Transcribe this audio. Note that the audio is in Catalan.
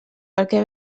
perquè